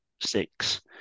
six